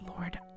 lord